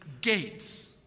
gates